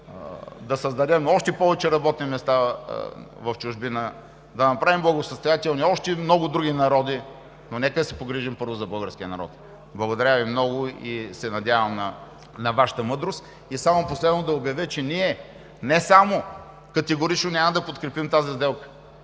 да създадем още повече работни места в чужбина, да направим благосъстоятелни още много други народи, но нека да се погрижим първо за българския народ. Благодаря Ви много и се надявам на Вашата мъдрост. И само последно да обявя, че ние не само категорично няма да подкрепим тази сделка,